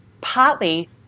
Partly